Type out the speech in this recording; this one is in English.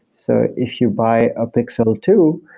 so if you buy a pixel two,